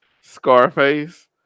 Scarface